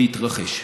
להתרחש.